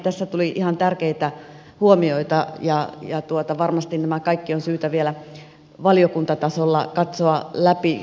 tässä tuli ihan tärkeitä huomioita ja varmasti nämä kaikki on syytä vielä valiokuntatasolla katsoa läpi